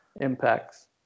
impacts